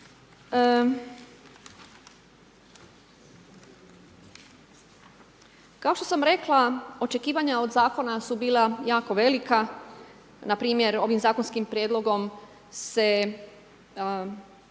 Kao što sam rekla, očekivanja od Zakona su bila jako velika. Npr. ovim zakonskim prijedlogom se